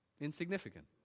insignificant